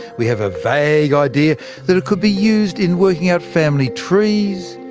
we have a vague idea that it could be used in working out family trees,